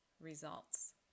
results